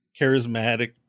charismatic